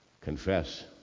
confess